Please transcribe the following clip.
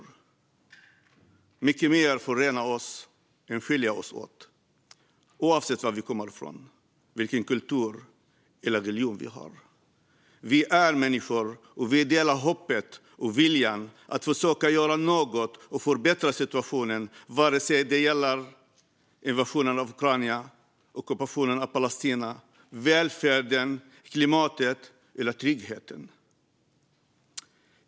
Det är mycket mer som förenar oss än som skiljer oss åt - oavsett var vi kommer från och vilken kultur eller religion vi har. Vi är människor, och vi delar hoppet och viljan att försöka göra något för att förbättra situationen, vare sig det gäller invasionen av Ukraina, ockupationen av Palestina, välfärden, klimatet eller tryggheten.